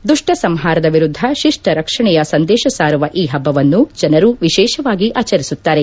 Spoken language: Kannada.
ದುಷ್ಟ ಸಂಹಾರದ ವಿರುದ್ದ ಶಿಷ್ಟ ರಕ್ಷಣೆಯ ಸಂದೇಶ ಸಾರುವ ಈ ಹಬ್ಬವನ್ನು ಜನರು ವಿಶೇಷವಾಗಿ ಆಚರಿಸುತ್ತಾರೆ